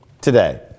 today